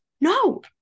no